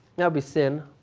yeah be sin,